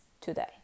today